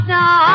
now